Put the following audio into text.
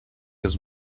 his